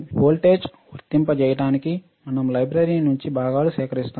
వోల్టేజ్ను వర్తింపచేయడానికి మనం లైబ్రరీ నుండి భాగాలు సేకరిస్తాము